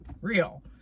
real